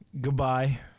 Goodbye